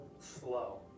slow